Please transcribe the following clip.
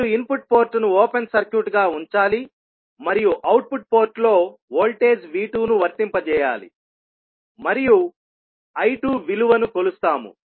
మీరు ఇన్పుట్ పోర్ట్ను ఓపెన్ సర్క్యూట్గా ఉంచాలి మరియు అవుట్పుట్ పోర్ట్లో వోల్టేజ్ V2 ను వర్తింపజేయాలి మరియు I2 విలువను కొలుస్తాము